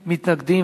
נגד?